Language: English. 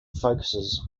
focuses